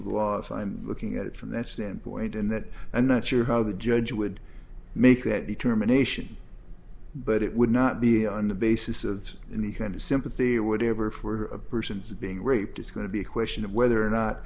of law if i'm looking at it from that standpoint in that i'm not sure how the judge would make that determination but it would not be on the basis of any kind of sympathy or whatever for a person's being raped it's going to be a question of whether or not